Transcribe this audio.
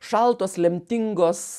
šaltos lemtingos